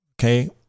Okay